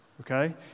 okay